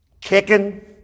kicking